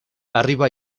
arriba